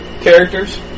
characters